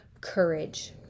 courage